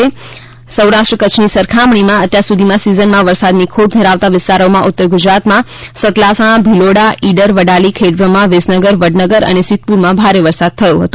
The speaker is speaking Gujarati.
આમ કરીને સૌરાષ્ટ્ર કચ્છની સરખામણીમાં અત્યાર સુધીમાં સિઝનમાં વરસાદની ખોટ ધરાવતા વિસ્તારોમાં ઉત્તર ગુજરાતમાં સતલાસણા ભિલોડા ઈડર વડાલી ખેડબ્રહ્મા વિસનગર વડનગર અને સિદ્ધપુરમાં ભારે વરસાદ થયો હતો